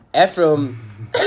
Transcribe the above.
Ephraim